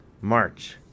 March